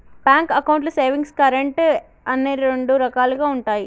bank అకౌంట్లు savings, current అని రెండు రకాలుగా ఉంటయి